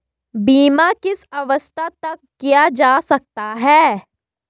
बीमा किस अवस्था तक किया जा सकता है?